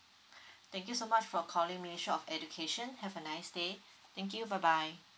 thank you so much for calling ministry of education have a nice day thank you bye bye